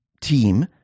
team